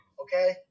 okay